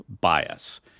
bias